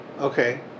Okay